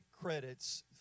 credits